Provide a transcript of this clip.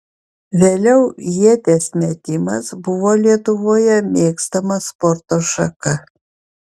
vėliau ieties metimas buvo lietuvoje mėgstama sporto šaka